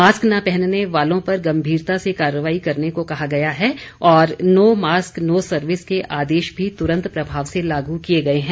mask न पहनने वालों पर गंभीरता से कार्रवाई करने को कहा गया है और नो मास्क नो सर्विस के आदेश भी तुरंत प्रभाव से लागू किए गए हैं